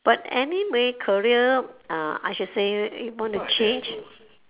but anyway career uh I should say if want to change